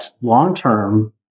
long-term